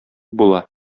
була